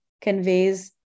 conveys